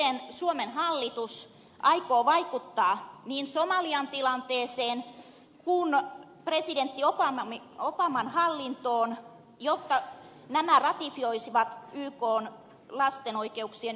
miten suomen hallitus aikoo vaikuttaa niin somalian tilanteeseen kuin presidentti obaman hallintoon jotta nämä ratifioisivat ykn lapsen oikeuksien yleissopimuksen